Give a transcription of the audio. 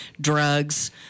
drugs